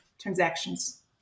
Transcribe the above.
transactions